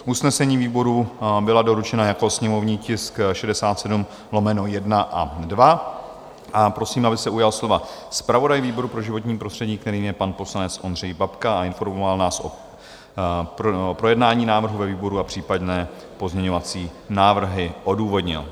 Usnesení výborů byla doručena jako sněmovní tisk 67/1 a 2 a prosím, aby se ujal slova zpravodaj výboru pro životní prostředí, kterým je pan poslanec Ondřej Babka, a informoval nás o projednání návrhu ve výboru a případné pozměňovací návrhy odůvodnil.